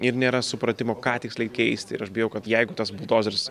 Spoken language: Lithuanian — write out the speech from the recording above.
ir nėra supratimo ką tiksliai keisti ir aš bijau kad jeigu tas buldozeris